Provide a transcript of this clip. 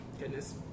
goodness